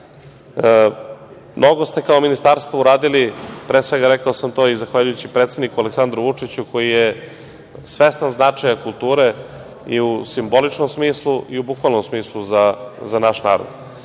Đilas. Mnogo ste kao ministarstvo uradili, pre svega, rekao sam to, i zahvaljujući predsedniku Aleksandru Vučiću, koji je svestan značaja kulture i u simboličnom smislu i u bukvalnom smislu za naš narod. Mi